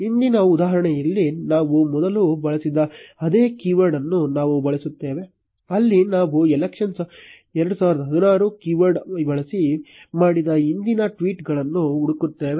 ಹಿಂದಿನ ಉದಾಹರಣೆಯಲ್ಲಿ ನಾವು ಮೊದಲು ಬಳಸಿದ ಅದೇ ಕೀವರ್ಡ್ ಅನ್ನು ನಾವು ಬಳಸುತ್ತೇವೆ ಅಲ್ಲಿ ನಾವು elections2016 ಕೀವರ್ಡ್ ಬಳಸಿ ಮಾಡಿದ ಹಿಂದಿನ ಟ್ವೀಟ್ ಗಳನ್ನು ಹುಡುಕುತ್ತಿದ್ದೇವೆ